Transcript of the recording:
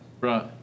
Right